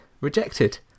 rejected